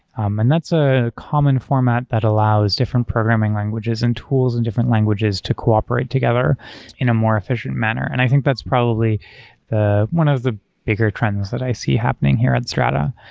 um and that's a common format that allows different programming languages and tools in different languages to cooperate together in a more efficient manner, and i think that's probably one of the bigger trends that i see happening here at strata.